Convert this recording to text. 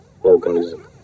organism